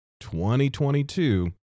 2022